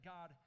God